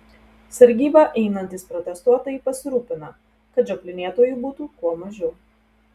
sargybą einantys protestuotojai pasirūpina kad žioplinėtojų būtų kuo mažiau